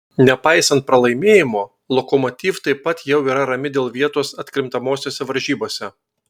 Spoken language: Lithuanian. nepaisant pralaimėjimo lokomotiv taip pat jau yra rami dėl vietos atkrintamosiose varžybose